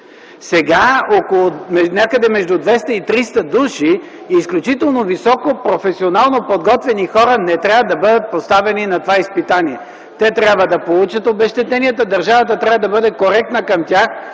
Сега някъде между 200 и 300 души изключително високо професионално подготвени хора не трябва да бъдат поставени на това изпитание. Те трябва да получат обезщетенията, държавата трябва да бъде коректна към тях.